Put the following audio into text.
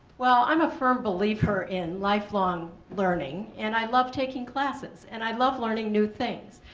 well i'm a firm believer in life long learning and i love taking classes and i love learning new things.